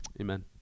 amen